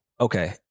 Okay